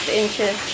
inches